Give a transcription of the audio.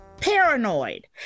paranoid